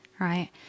Right